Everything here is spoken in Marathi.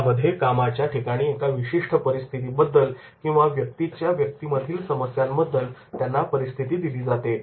त्यामध्ये कामाच्या ठिकाणच्या एका विशिष्ट परिस्थितीबद्दल किंवा व्यक्तीव्यक्तीतील समस्यांबद्दल त्यांना परिस्थिती दिली जाते